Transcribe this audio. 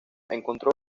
encontró